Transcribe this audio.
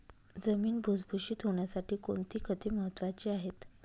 जमीन भुसभुशीत होण्यासाठी कोणती खते महत्वाची आहेत?